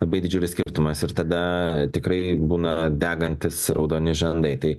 labai didžiulis skirtumas ir tada tikrai būna degantys raudoni žandai tai